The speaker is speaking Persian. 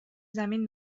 زمین